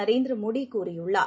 நரேந்திரமோடிகூறியுள்ளார்